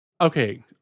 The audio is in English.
Okay